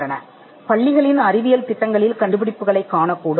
இப்போது நீங்கள் பள்ளிகள் அறிவியல் திட்டங்களில் கண்டுபிடிப்புகளைக் காணலாம்